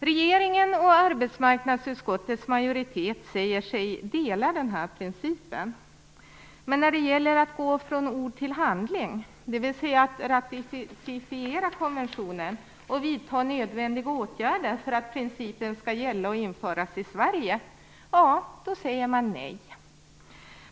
Regeringen och arbetsmarknadsutskottets majoritet säger sig dela denna uppfattning, men när det gäller att gå från ord till handling, dvs. att ratificera konventionen och vidta nödvändiga åtgärder för att principen skall gälla och införas i Sverige, säger man nej.